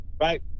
right